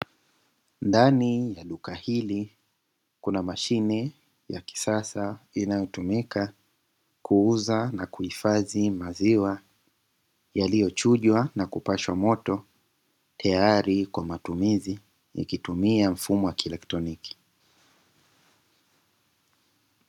Ndani ya duka hili, kuna mashine ya kisasa inayotumika kuuza na kuhifadhi maziwa yaliyo chujwa na kupashwa moto, tayari kwa matumizi ikitumia mfumo wa kielektroniki.